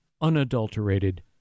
unadulterated